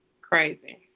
crazy